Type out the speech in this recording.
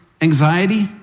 anxiety